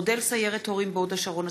מודל סיירת הורים בהוד-השרון,